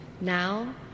Now